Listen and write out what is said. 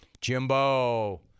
Jimbo